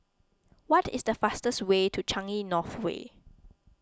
what is the fastest way to Changi North Way